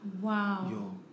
Wow